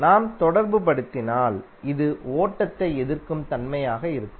நாம் தொடர்புபடுத்தினால் இது ஓட்டத்தை எதிர்க்கும் தன்மையாக இருக்கும்